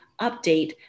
update